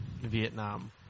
Vietnam